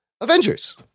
Avengers